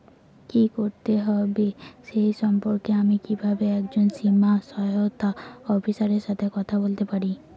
কী করতে হবে সে সম্পর্কে আমি কীভাবে একজন বীমা সহায়তা অফিসারের সাথে কথা বলতে পারি?